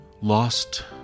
lost